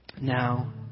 now